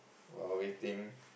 while waiting